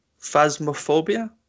phasmophobia